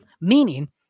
Meaning